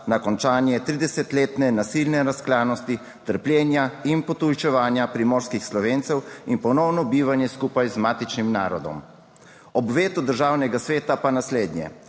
na končanje 30-letne nasilne razklanosti, trpljenja in potujčevanja primorskih Slovencev in ponovno bivanje skupaj z matičnim narodom. Ob vetu Državnega sveta pa naslednje.